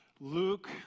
Luke